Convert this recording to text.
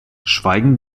schweigen